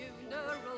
funeral